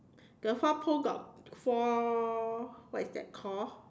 the four pole got four what is that call